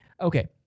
Okay